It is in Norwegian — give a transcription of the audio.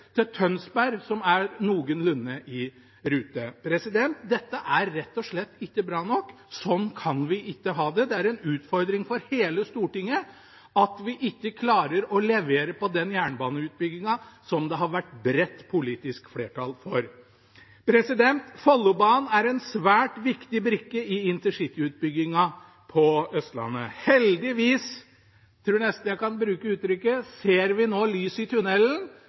til Tønsberg som er noenlunde i rute. Dette er rett og slett ikke bra nok. Sånn kan vi ikke ha det. Det er en utfordring for hele Stortinget at vi ikke klarer å levere på den jernbaneutbyggingen det har vært bredt politisk flertall for. Follobanen er en svært viktig brikke i intercityutbyggingen på Østlandet. Heldigvis ser vi nå lys i tunnelen – jeg tror nesten jeg kan bruke det uttrykket.